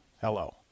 Hello